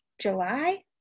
July